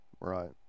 Right